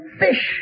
fish